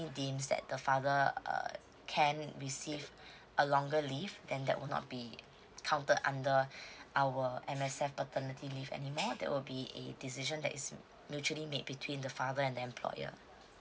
deems that the father err can receive a longer leave then that will not be counted under our M_S_F paternity leave anymore that will be a decision that is mutually made between the father and the employer